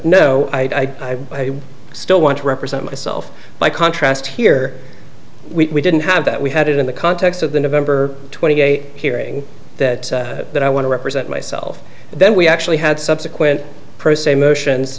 no i still want to represent myself by contrast here we didn't have that we had it in the context of the november twenty eighth hearing that that i want to represent myself and then we actually had subsequent per se motions